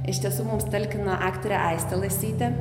iš tiesų mums talkina aktorė aistė lasytė